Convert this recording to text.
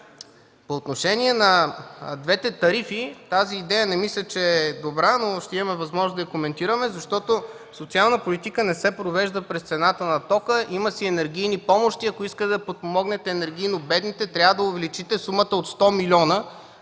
По отношение на двете тарифи, не мисля, че тази идея е добра, но ще имаме възможност да я коментираме, защото социална политика не се провежда през цената на тока. Има си енергийни помощи. Ако искате да подпомогнете енергийно бедните, трябва да увеличите сумата от 100 милиона,